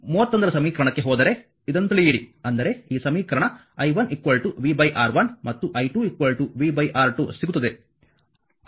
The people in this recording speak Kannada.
31 ರ ಸಮೀಕರಣಕ್ಕೆ ಹೋದರೆ ಇದನ್ನು ತಿಳಿಯಿರಿ ಅಂದರೆ ಈ ಸಮೀಕರಣ i1 vR1 ಮತ್ತು i2 v R2 ಸಿಗುತ್ತದೆ